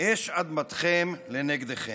אש אדמתכם לנגדכם"